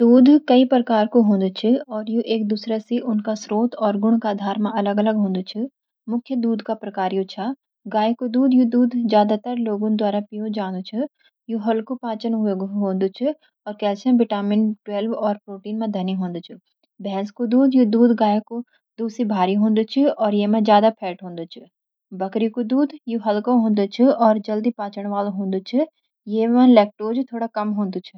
दूध कई प्रकार कु होदु छ, और यू एक-दूसरे से उनका स्रोत और गुण के आधार मा अलग होदु छ। मुख्य दूध के प्रकार यू छा: गाय को दूध: यो दूध ज्यादातर लोगन द्वारा पिइ जानु च। यो हल्को पाचन योग्य होदु च और कैल्शियम, विटामिन बीट्वेल्व और प्रोटीन मा धनी होदु छ। भैंस को दूध: यो दूध गाय को दूध से भारी होदु छ और ये मा ज्यादा फैट होदु छ। बकरी को दूध: यो हल्का होदु छ और जल्दी पचण वाला होदु छ। यो लैक्टोज में थोड़ा कम होदु छ।